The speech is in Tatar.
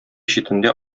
читендә